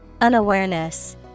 Unawareness